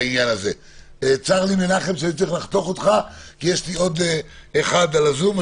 צר לי שאני צריך להפסיק אותך כי יש עוד דובר בזום.